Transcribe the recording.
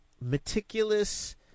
meticulous